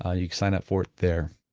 ah you can sign up for it there